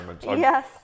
yes